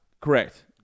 Correct